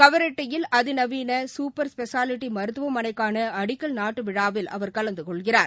கவரெட்டியில் அதிநவீள super speciality மருத்துவமனைக்கான அடிக்கல் நாட்டு விழாவில் அவர் கலந்து கொள்கிறார்